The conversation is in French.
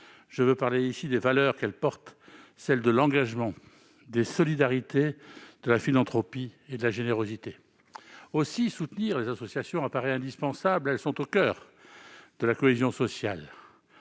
Je veux parler ici des valeurs qu'elles portent : celles de l'engagement, des solidarités, de la philanthropie et de la générosité. Aussi, soutenir les associations paraît indispensable, car elles sont au coeur de la cohésion sociale.